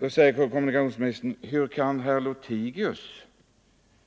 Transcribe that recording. Då säger kommunikationsministern: Hur kan herr Lothigius